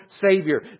savior